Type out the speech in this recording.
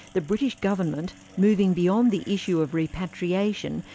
the british government, moving beyond the issue of repatriation,